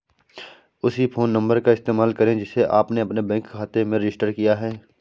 उसी phone number का इस्तेमाल करें जिसे आपने अपने बैंक खाते में रजिस्टर किया है